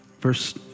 Verse